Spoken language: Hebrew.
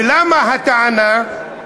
ולמה הטענה?